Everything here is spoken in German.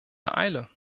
eile